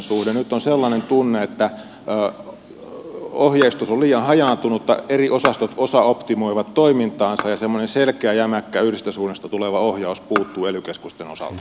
nyt on sellainen tunne että ohjeistus on liian hajaantunutta eri osastot osaoptimoivat toimintaansa ja semmoinen selkeä jämäkkä yhdestä suunnasta tuleva ohjaus puuttuu ely keskusten osalta